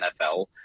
nfl